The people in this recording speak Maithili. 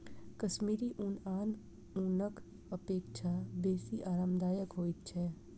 कश्मीरी ऊन आन ऊनक अपेक्षा बेसी आरामदायक होइत छै